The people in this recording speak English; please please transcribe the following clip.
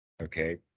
Okay